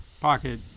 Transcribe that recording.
pocket